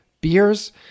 beers